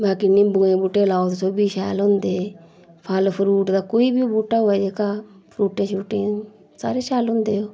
बाकी निबुंए बूह्टे लाओ तुस ओह् बी शैल होंदे फल फरूट दा कोई बी बूह्टा होऐ जेह्का फरूटें छ्रूटें सारे शैल होंदे ओह्